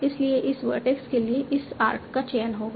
इसलिए इस वर्टेक्स के लिए इस आर्क का चयन करेगा